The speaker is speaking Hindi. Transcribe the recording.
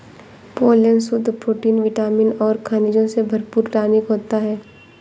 पोलेन शुद्ध प्रोटीन विटामिन और खनिजों से भरपूर टॉनिक होता है